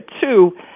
two